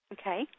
Okay